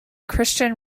christian